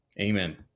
Amen